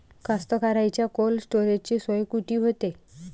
कास्तकाराइच्या कोल्ड स्टोरेजची सोय कुटी होते?